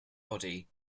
body